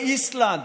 איסלנד,